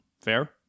Fair